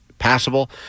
passable